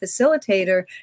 facilitator